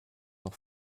noch